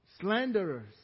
Slanderers